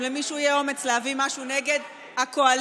אם למישהו יהיה אומץ להביא משהו נגד הקואליציה.